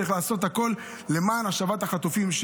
צריך לעשות הכול למען השבת החטופים,